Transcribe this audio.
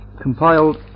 compiled